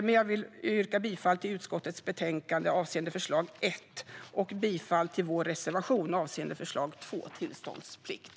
Jag vill yrka bifall till utskottets förslag i betänkandet avseende punkt 1 och bifall till vår reservation avseende punkt 2 om tillståndsplikt.